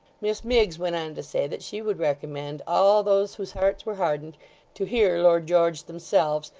miss miggs went on to say that she would recommend all those whose hearts were hardened to hear lord george themselves,